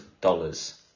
dollars